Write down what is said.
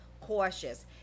cautious